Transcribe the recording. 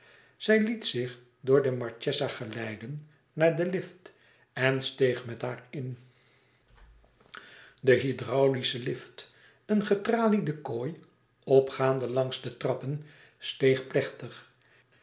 zij liet zich door de marchesa geleiden naar den lift en steeg met haar in de hydraulische lift een getraliede kooi opgaande langs de trappen steeg plechtig